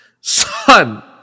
Son